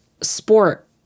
sport